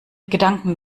gedanken